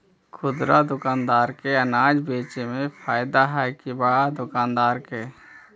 खुदरा दुकानदार के अनाज बेचे में फायदा हैं कि बड़ा दुकानदार के?